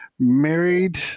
married